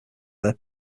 their